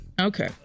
Okay